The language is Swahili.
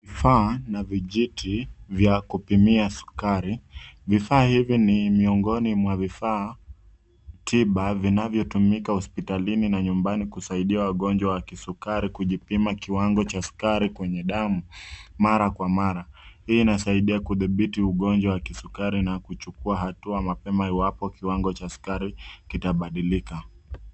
Vifaa na vijiti vya kupimia sukari. Vifaa hivi ni miongoni mwa vifaa tiba vinavyotumika hospitalini na nyumbani kusaidia wagonjwa wa kisukari kujipimia kiwango cha sukari kwenye damu mara kwa mara. Hii ina saidia kudhibiti ugonjwa wa kisukari na kuchukua hatua mapema iwapo kiwango cha sukari kitabadilika.